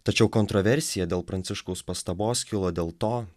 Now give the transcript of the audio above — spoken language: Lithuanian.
tačiau kontroversija dėl pranciškaus pastabos kilo dėl to